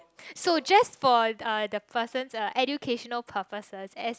so just for uh the person's uh educational purposes S